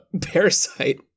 Parasite